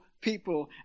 people